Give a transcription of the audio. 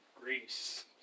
Greece